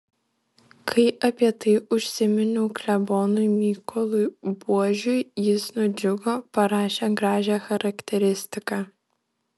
kai apie tai užsiminiau klebonui mykolui buožiui jis nudžiugo parašė gražią charakteristiką